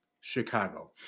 Chicago